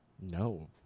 No